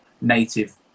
native